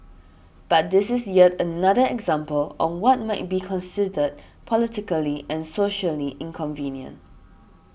but this is yet another example of what might be considered politically and socially inconvenient